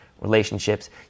relationships